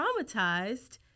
traumatized